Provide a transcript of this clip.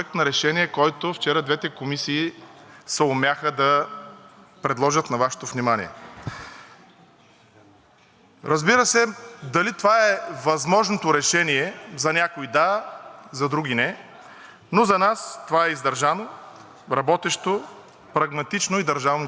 Разбира се, дали това е възможното решение – за някои да, за други не, но за нас това е издържано, работещо, прагматично и държавническо решение. Много важно беше в самото решение да залегне